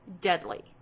deadly